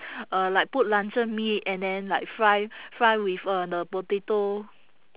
uh like put luncheon meat and then like fry fry with uh the potato